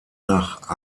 nach